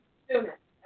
students